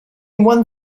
one